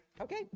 okay